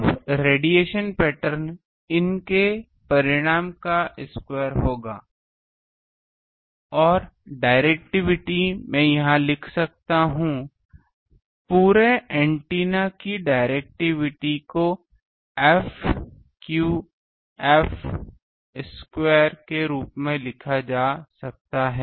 अब radiation pattern इन के परिमाण का स्क्वायर होगा और डाइरेक्टिविटी मैं यहां लिख सकता हूं पूरे अरे एंटीना की डाइरेक्टिविटी को Fqf स्क्वायर के रूप में लिखा जा सकता है